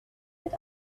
that